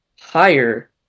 higher